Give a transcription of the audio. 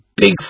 big